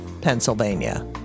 Pennsylvania